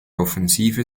offensive